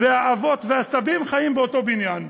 והאבות והסבים חיים באותו בניין.